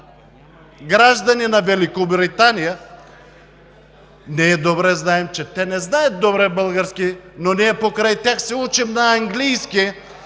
граждани на Великобритания – ние добре знаем, че те не знаят български, но ние покрай тях се учим на английски